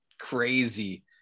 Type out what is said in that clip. crazy